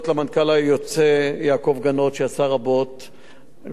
וכמובן למנכ"ל הנוכחי רותם פלג ולאנשיו,